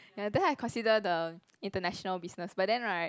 ya then I consider the International Business but then right